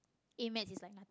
A-maths is like